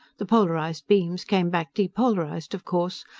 the polarized beams came back depolarized, of course,